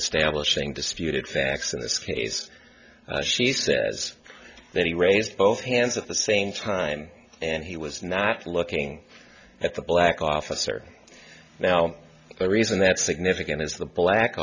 establishing disputed facts in this case and she says that he raised both hands at the same time and he was not looking at the black officer now the reason that's significant is the black